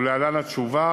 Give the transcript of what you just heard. ולהלן התשובה,